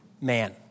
man